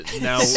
Now